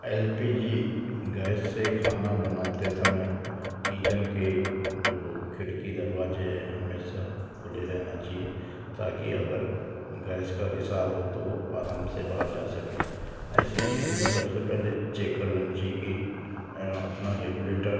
L P G gas से खाना बनाते समय किचन के जो खिड़की दरवाज़े हैं हमेशा खुले रहना चाहिए ताकि अगर गैस का रिसाव हो तो आराम से बाहर जा सके ऐसी स्तिथि में सबसे पहले चेक कर लेना चाहिए कि अपना रेगुलेटर